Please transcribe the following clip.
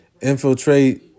infiltrate